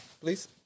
Please